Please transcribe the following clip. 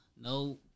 No